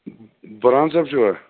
بُرہان صٲب چھُوا